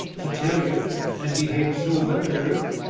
the terrier had behaved so well at earth,